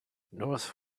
north